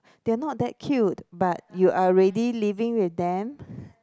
they're not that cute but you already living with them